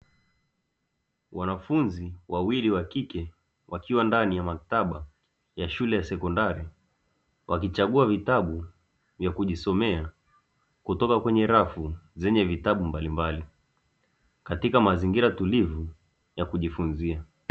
Wanafunzi wawili wa kike wakiwa ndani ya maktaba ya shule ya sekondari wakichagua vitabu vya kujisomea kutoka kwenye rafu zenye vitabu mbalimbali katika mazingira tulivu ya kujifunza.